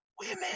women